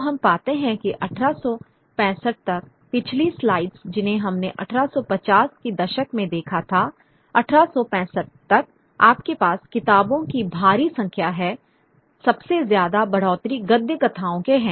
हम पाते हैं कि 1865 तक पिछली स्लाइड्स जिन्हें हमने 1850 के दशक में देखा था 1865 तक आपके पास किताबों की भारी संख्या है सबसे ज्यादा बढ़ोतरी गद्य कथाओं के हैं